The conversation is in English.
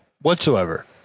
whatsoever